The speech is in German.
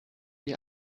ihr